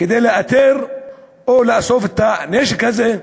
כדי לאתר או לאסוף את הנשק הזה.